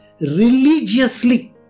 religiously